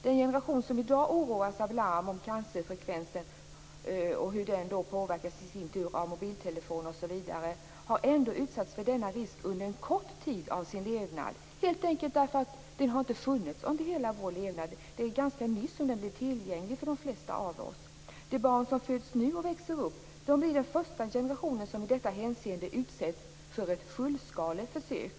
Den generation som i dag oroas av larm om cancerfrekvensen och hur denna sin tur påverkas av mobiltelefoner osv. har ändå utsatts för denna risk under en kort tid av sin levnad - helt enkelt för att det inte har funnits under hela vår levnad. Det var ganska nyss som det här blev tillgängligt för de flesta av oss. De barn som föds och växer upp nu blir den första generationen som i detta hänseende utsätts för ett fullskaleförsök.